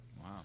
Wow